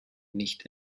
nicht